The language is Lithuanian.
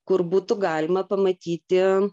kur būtų galima pamatyti